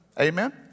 Amen